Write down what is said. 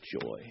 joy